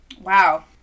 Wow